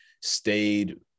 stayed